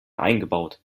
eingebaut